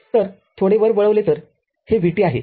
तरथोडे वर वळवले तर हे vt आहे